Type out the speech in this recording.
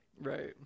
Right